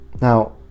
Now